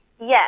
Yes